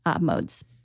modes